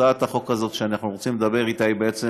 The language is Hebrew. הצעת החוק הזאת שאנחנו רוצים לדבר עליה,